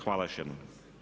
Hvala još jednom.